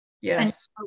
yes